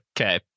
Okay